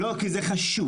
לא, כי זה חשוב.